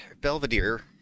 Belvedere